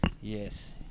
yes